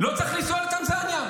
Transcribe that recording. לא צריך לנסוע לטנזניה,